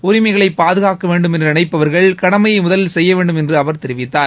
உரிமைகளை பாதுகாக்க வேண்டும் என்று நினைப்பவர்கள் கடனமயை முதலில் செய்ய வேண்டும் என்று அவர் தெரிவித்தார்